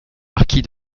marquis